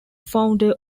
founder